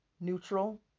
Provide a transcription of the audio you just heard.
Neutral